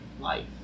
life